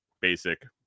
basic